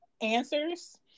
answers